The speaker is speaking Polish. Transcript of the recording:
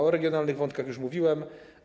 O regionalnych wątkach już mówiłem.